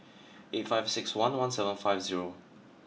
eight five six one one seven five zero